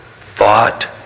thought